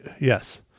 yes